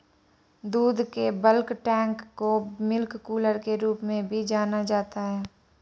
दूध के bulk tank को मिल्क कूलर के रूप में भी जाना जाता है